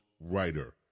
writer